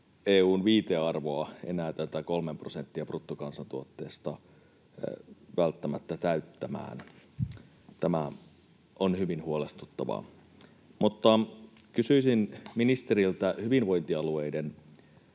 EU:n viitearvoa enää, tätä kolmea prosenttia bruttokansantuotteesta, välttämättä täyttämään. Tämä on hyvin huolestuttavaa. Mutta kysyisin ministeriltä hyvinvointialueiden